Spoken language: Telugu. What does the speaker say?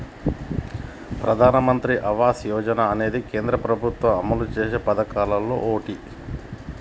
ప్రధానమంత్రి ఆవాస యోజన అనేది కేంద్ర ప్రభుత్వం అమలు చేసిన పదకాల్లో ఓటి